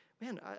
man